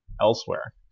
elsewhere